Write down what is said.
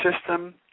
system